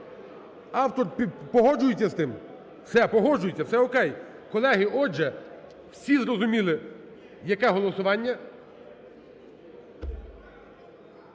Автор погоджується з тим? Все, погоджується. Все о?кей! Колеги, отже, всі зрозуміли, яке голосування.